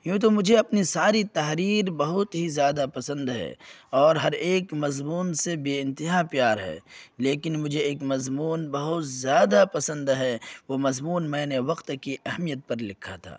یوں تو مجھے اپنی ساری تحریر بہت ہی زیادہ پسند ہے اور ہر ایک مضمون سے بے انتہا پیار ہے لیکن مجھے ایک مضمون بہت زیادہ پسند ہے وہ مضمون میں نے وقت کی اہمیت پر لکھا تھا